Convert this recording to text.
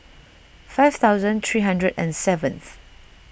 five thousand three hundred and seventh